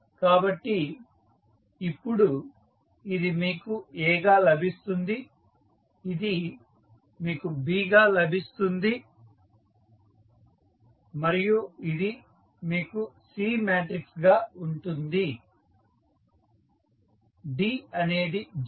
కాబట్టి ఇప్పుడు ఇది మీకు A గా లభిస్తుంది ఇది మీకు B గా లభిస్తుంది మరియు ఇది మీకు C మ్యాట్రిక్స్ గా ఉంటుంది D అనేది 0